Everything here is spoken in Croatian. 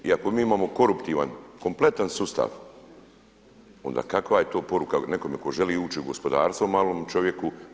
I ako mi imamo koruptivan kompletan sustav onda kakva je to poruka nekome ko želi ući u gospodarstvo malom čovjeku.